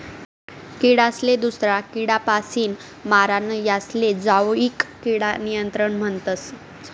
किडासले दूसरा किडापासीन मारानं यालेच जैविक किडा नियंत्रण म्हणतस